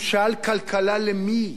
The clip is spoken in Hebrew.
הוא שאל: כלכלה למי?